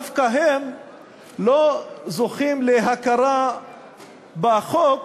דווקא הם לא זוכים להכרה בחוק